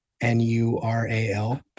N-U-R-A-L